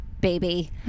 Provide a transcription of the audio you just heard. baby